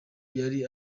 yari